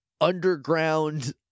underground